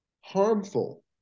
harmful